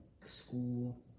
school